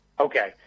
Okay